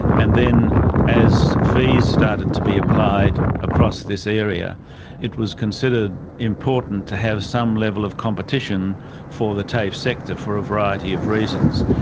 and then as fees started to be applied across this area it was considered important to have some level of competition for the tafe sector for a variety of reasons,